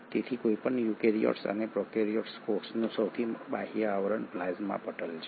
તેથી કોઈપણ યુકેરીયોટિક અથવા પ્રોકેરિયોટિક કોષનું સૌથી બાહ્ય આવરણ પ્લાઝ્મા પટલ છે